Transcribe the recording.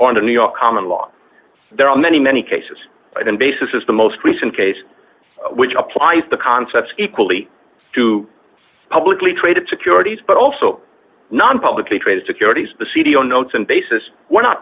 on the new york common law there are many many cases the basis is the most recent case which applies the concept equally to publicly traded securities but also not publicly traded securities the c d o notes and basis were not